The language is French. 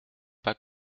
pas